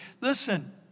Listen